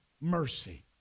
mercy